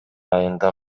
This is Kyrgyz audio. айында